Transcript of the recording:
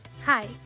Hi